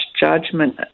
judgment